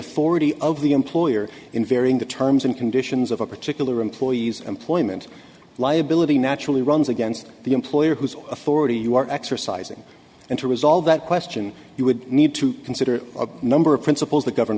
authority of the employer in varying the terms and conditions of a particular employee's employment liability naturally runs against the employer whose authority you are exercising and to resolve that question you would need to consider a number of principles that govern